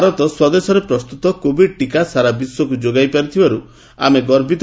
ଭାରତ ସ୍ୱଦେଶରେ ପ୍ରସ୍ତୁତ କୋଭିଡ ଟିକା ସାରା ବିଶ୍ୱକୁ ଯୋଗାଇ ପାରିଥିବାରୁ ଆମେ ଗର୍ବିତ